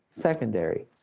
secondary